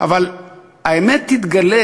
אבל האמת תתגלה,